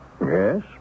Yes